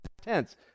tense